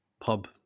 pub